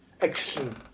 action